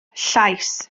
llaes